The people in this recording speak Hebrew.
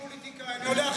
מרגי, אל תהיה איתי פוליטיקאי.